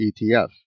ETF